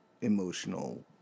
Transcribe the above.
emotional